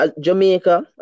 Jamaica